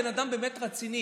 בן אדם באמת רציני,